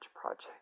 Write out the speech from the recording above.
project